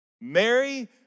Mary